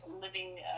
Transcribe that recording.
living